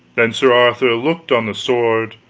then sir arthur looked on the sword,